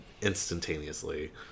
instantaneously